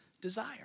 desire